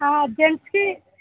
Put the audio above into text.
ఆ జెంట్స్ కి